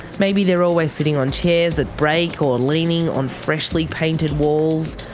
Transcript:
maybe they're always sitting on chairs that break, or leaning on freshly painted walls,